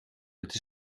het